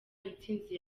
intsinzi